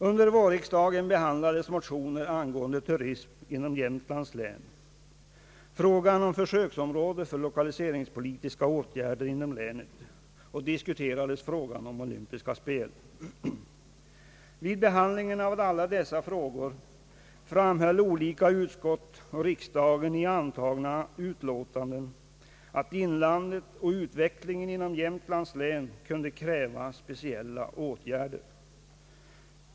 Under = vårriksdagen «behandlades motioner angående turism inom Jämtlands län samt frågan om försöksområde för lokaliseringspolitiska åtgärder inom länet och diskuterades frågan om Olympiska spelen. Vid behandlingen av alla dessa frågor framhöll olika utskott och riksdagen i antagna utlåtanden att inlandet och utvecklingen inom Jämtlands län kunde kräva speciella åtgärder.